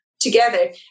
together